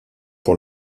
pour